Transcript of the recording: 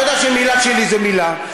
אתה יודע שמילה שלי זו מילה.